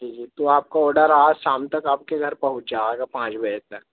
जी जी तो आपका ऑडर आज शाम तक आपके घर पहुँच जाएगा पाँच बजे तक